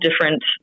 different